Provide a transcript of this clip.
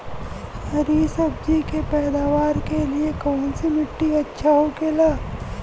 हरी सब्जी के पैदावार के लिए कौन सी मिट्टी अच्छा होखेला?